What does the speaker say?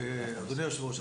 אדוני היושב ראש,